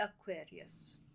Aquarius